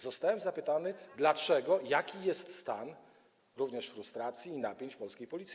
Zostałem zapytany, dlaczego, jaki jest stan, również frustracji i napięć, polskiej Policji.